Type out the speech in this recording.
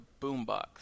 boombox